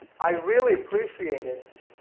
i really appreciate it.